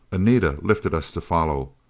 anita lifted us to follow.